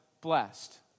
blessed